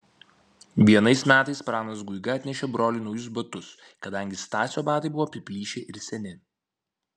vienais metais pranas guiga atnešė broliui naujus batus kadangi stasio batai buvo apiplyšę ir seni